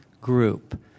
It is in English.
group